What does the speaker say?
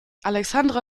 alexandra